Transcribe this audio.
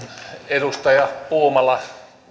edustaja puumala